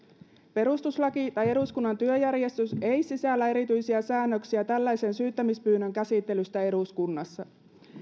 perustuslaki tai eduskunnan työjärjestys ei sisällä erityisiä säännöksiä tällaisen syyttämispyynnön käsittelystä eduskunnassa